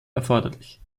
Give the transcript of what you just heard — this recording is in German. erforderlich